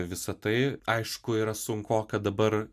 visa tai aišku yra sunkoka dabar